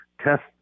test